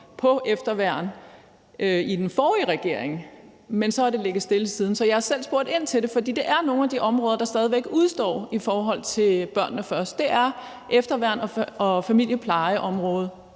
om efterværn i den forrige regering, men så har det ligget stille siden. Så jeg har selv spurgt ind til det. For det er nogle af de områder, der stadig væk udestår i forhold til »Børnene Først«; det er efterværn og familieplejeområdet.